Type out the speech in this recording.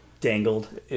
Dangled